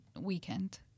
weekend